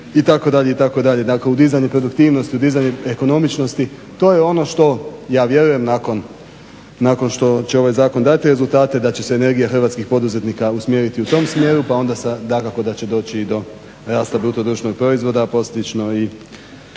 novih usluga itd. dakle u dizanje produktivnosti, u dizanje ekonomičnosti, to je ono što ja vjerujem nakon što će ovaj zakon dati rezultate da će se energija hrvatskih poduzetnika usmjeriti u tom smjeru pa onda dakako da će doći do rasta BDP-a a posljedično i